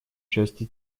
части